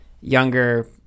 younger